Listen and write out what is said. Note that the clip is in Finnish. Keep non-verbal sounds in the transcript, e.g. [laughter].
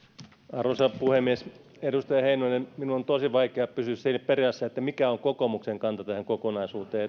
arvoisa puhemies edustaja heinonen minun on tosi vaikea pysyä perässä siinä mikä on kokoomuksen kanta tähän kokonaisuuteen [unintelligible]